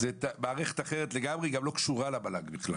זה מערכת אחרת לגמרי שבכלל לא קשורה למל"ג.